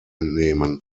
entnehmen